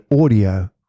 audio